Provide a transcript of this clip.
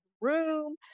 room